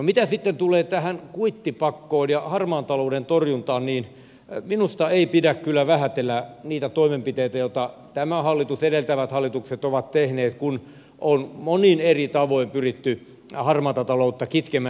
mitä sitten tulee tähän kuittipakkoon ja harmaan talouden torjuntaan niin minusta ei pidä kyllä vähätellä niitä toimenpiteitä joita tämä hallitus ja edeltävät hallitukset ovat tehneet kun on monin eri tavoin pyritty harmaata taloutta kitkemään